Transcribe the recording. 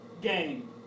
game